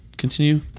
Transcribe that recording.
continue